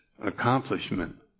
accomplishment